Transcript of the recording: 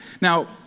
Now